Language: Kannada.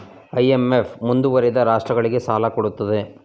ಐ.ಎಂ.ಎಫ್ ಮುಂದುವರಿದಿರುವ ರಾಷ್ಟ್ರಗಳಿಗೆ ಸಾಲ ಕೊಡುತ್ತದೆ